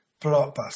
blockbuster